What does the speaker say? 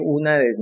una